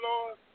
Lord